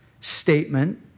statement